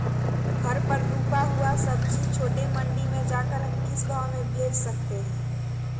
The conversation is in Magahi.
घर पर रूपा हुआ सब्जी छोटे मंडी में जाकर हम किस भाव में भेज सकते हैं?